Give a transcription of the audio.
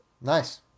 Nice